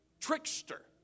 trickster